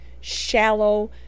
shallow